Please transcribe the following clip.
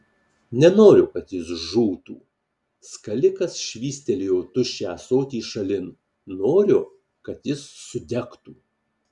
nenoriu kad jis žūtų skalikas švystelėjo tuščią ąsotį šalin noriu kad jis sudegtų